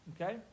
Okay